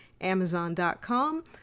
Amazon.com